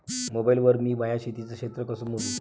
Mobile वर मी माया शेतीचं क्षेत्र कस मोजू?